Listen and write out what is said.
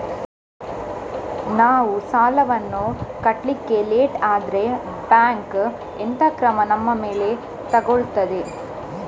ನಾವು ಸಾಲ ವನ್ನು ಕಟ್ಲಿಕ್ಕೆ ಲೇಟ್ ಆದ್ರೆ ಬ್ಯಾಂಕ್ ಎಂತ ಕ್ರಮ ನಮ್ಮ ಮೇಲೆ ತೆಗೊಳ್ತಾದೆ?